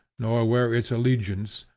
nor where its allegiance,